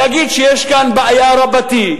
להגיד שיש כאן בעיה רבתי,